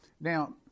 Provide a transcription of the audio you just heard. Now